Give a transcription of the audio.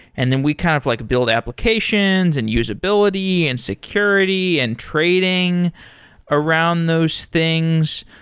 and then we kind of like build applications, and usability, and security, and trading around those things.